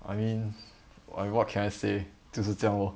I mean what can I say 就是这样 lor